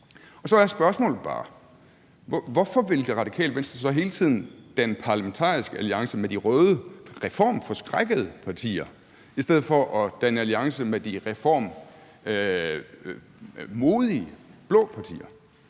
Så er spørgsmålet bare, hvorfor Det Radikale Venstre hele tiden vil danne parlamentarisk alliance med de røde reformforskrækkede partier i stedet for at danne alliance med de reformmodige blå partier.